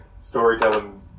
storytelling